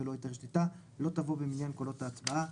ולו היתר שליטה לא תבוא במניין קולות ההצבעה.